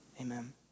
Amen